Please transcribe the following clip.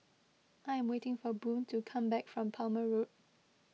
I am waiting for Boone to come back from Palmer Road